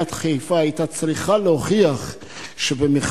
שעיריית חיפה היתה צריכה להוכיח בבית-משפט,